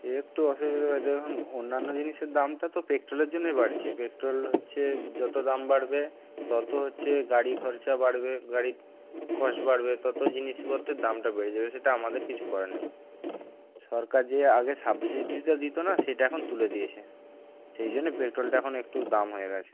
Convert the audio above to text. একটু অসুবিধা হয় দেখুন অন্যান্য জিনিসের দামটা তো পেট্রোলের জন্যই বাড়ছে পেট্রোল হচ্ছে যত দাম বাড়বে তত হচ্ছে গাড়ি খরচা বাড়বে গাড়ির কস্ট বাড়বে তত জিনিসপত্রের দামটা বেড়ে যাবে সেটা আমাদের কিছু করার নেই সরকার যে আগে সাবসিডিটা দিত না সেটা এখন তুলে দিয়েছে সেই জন্য পেট্রোলটা এখন একটু দাম হয়ে গেছে